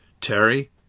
Terry